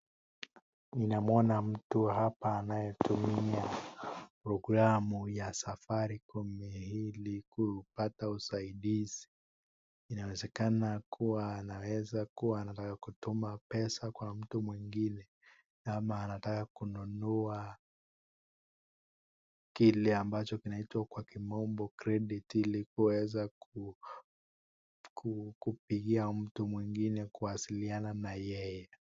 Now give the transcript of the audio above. Ninamwona mtu hapa anayetumia programu ya safari kumi ili kupata usaidizi. Inawezekana kuwa anaweza kuwa anataka kutuma pesa kwa mtu mwingine ama anataka kununua kile ambacho kinaitwa kwa kimombo credit ili kuweza kupigia mtu mwingine kuwasiliana na yeye.